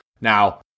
Now